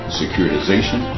securitization